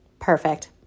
Perfect